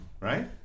Right